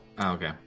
okay